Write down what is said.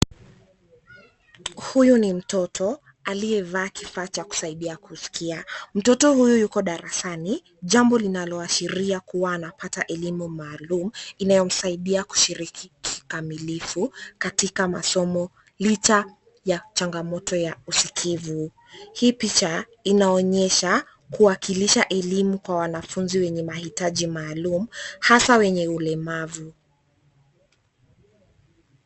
Huyu ni mtoto aliyevaa kifaa cha kusaidia kusikia. Mtoto huyu yuko darasani, jambo linaloashiria kuwa anapata elimu maalum inayomsaidia kushiriki kikamilifu katika masomo licha ya changamoto ya usikivu. Hii picha inaonyesha kuwa kuwakilisha elimu kwa wanafunzi wenye mahitaji maalum hasa wenye ulemavu.